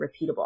repeatable